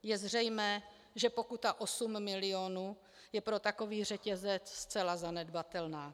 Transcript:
Je zřejmé, že pokuta osm milionu je pro takový řetězec zcela zanedbatelná.